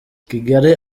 kigali